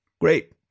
Great